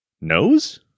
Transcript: nose